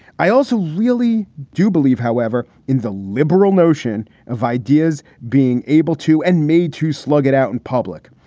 i also really do believe, however, in the liberal notion of ideas being able to and made to slug it out in public.